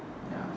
ya